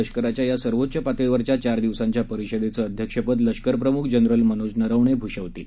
लष्कराच्या या सर्वोच्च पातळीवरील चार दिवसांच्या परीषदेचं अध्यक्षपद लष्करप्रमुख जनरल मनोज नरवणे भूषवणार आहेत